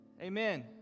Amen